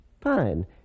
Fine